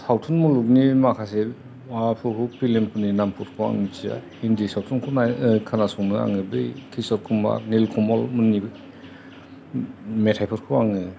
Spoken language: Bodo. सावथुन मुलुगनि माखासे माबा फोरखौ फिल्म फोरनि नामफोरखौ आं मिथिया हिन्दी सावथुनखौ खोनासंनो आङो बै किसर कुमार निल कमल मोननि मेथाइ फोरखौ आङो